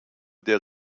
der